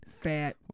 fat